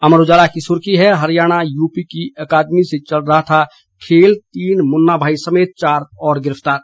अमर उजाला की सुर्खी है हरियाणा यूपी की एकेडमी से चल रहा था खेल तीन मुन्नाभाई समेत चार और गिरफ्तार